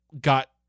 got